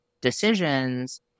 decisions